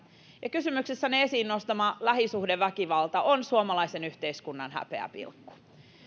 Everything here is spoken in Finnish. kysymyksessänne esiin nostamanne lähisuhdeväkivalta on suomalaisen yhteiskunnan häpeäpilkku